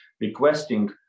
requesting